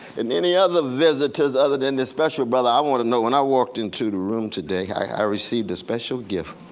and any other visitors other than this special brother. i want to know. when i walked into the room today i received a special gift.